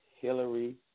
Hillary